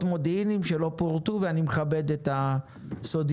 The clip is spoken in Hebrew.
מודיעיניים שלא פורטו ואני מכבד את הסודיות.